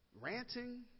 ranting